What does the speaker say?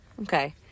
Okay